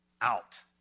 out